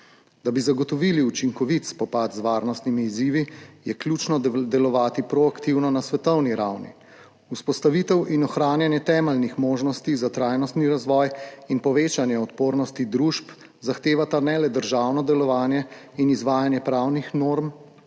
Da bi zagotovili učinkovit spopad z varnostnimi izzivi, je ključno delovati proaktivno na svetovni ravni. Vzpostavitev in ohranjanje temeljnih možnosti za trajnostni razvoj in povečanje odpornosti družb zahtevata ne le državno delovanje in izvajanje pravnih norm,